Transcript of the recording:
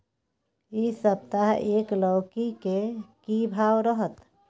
इ सप्ताह एक लौकी के की भाव रहत?